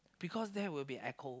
because there will be echo